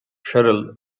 sheryl